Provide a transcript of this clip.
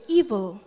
evil